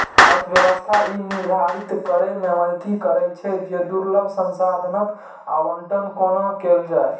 अर्थव्यवस्था ई निर्धारित करै मे मदति करै छै, जे दुर्लभ संसाधनक आवंटन कोना कैल जाए